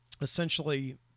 essentially